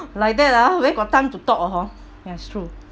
like that lah where got time to talk also yes true